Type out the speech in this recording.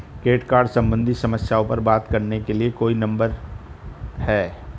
Credit card सम्बंधित समस्याओं पर बात करने के लिए कोई नंबर है?